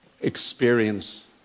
experience